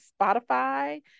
Spotify